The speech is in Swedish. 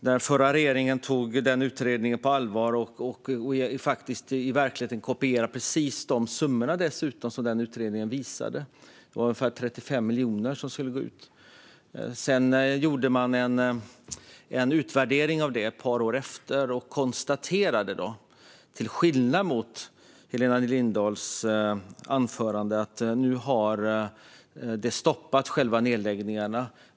Den förra regeringen tog den utredningen på allvar och kopierade dessutom i verkligheten precis de summor som utredningen kommit fram till behövdes. Ungefär 35 miljoner skulle gå ut. Ett par år efter gjorde man en utvärdering och konstaterade, till skillnad från det som Helena Lindahl sa i sitt anförande, att det hade stoppat själva nedläggningarna.